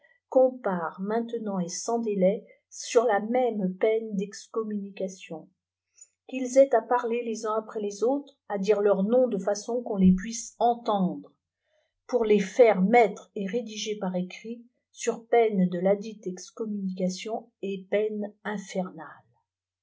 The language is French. comparent maintenant et sans délai sur la même peine d'excommunication qu'ils aient à parler les uns après les autres à dire leufs noms de façon qu'on les puisse entendre pour les faire mettre et rédiger par écrit sur peine de ladite excommunication et peines infernales